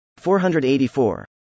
484